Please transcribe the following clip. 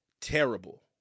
terrible